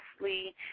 mostly